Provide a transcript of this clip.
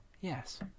Yes